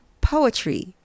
poetry